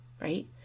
right